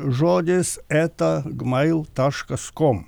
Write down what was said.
žodis eta gmail taškas kom